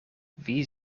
wie